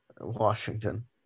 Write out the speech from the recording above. Washington